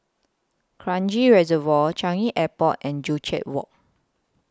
Kranji Reservoir Changi Airport and Joo Chiat Walk